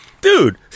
Dude